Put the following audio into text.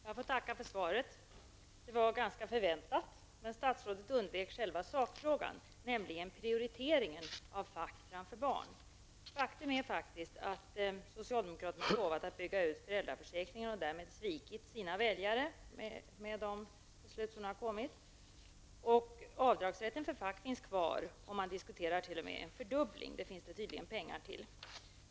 Fru talman! Jag får tacka för svaret. Det var ganska förväntat. Statsrådet undvek själva sakfrågan, nämligen prioriteringen av fack framför barn. Faktum är att socialdemokraterna har lovat bygga ut föräldraförsäkringen. Med det beslut som har fattats har väljarna svikits. Avdragsrätten för fack finns kvar och man diskuterar t.o.m. en fördubbling. Det finns tydligen pengar till det.